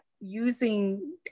using